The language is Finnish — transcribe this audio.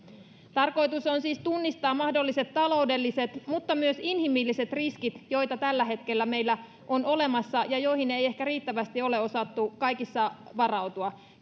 tarkoitus on siis tunnistaa mahdolliset taloudelliset mutta myös inhimilliset riskit joita tällä hetkellä meillä on olemassa ja joihin ei ehkä riittävästi ole osattu kaikessa varautua